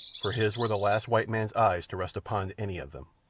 for his were the last white man's eyes to rest upon any of them.